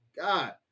God